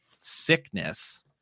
sickness